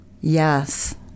yes